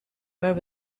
where